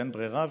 ואין ברירה,